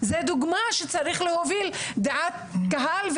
זה אדם שצריך להוביל דעת קהל,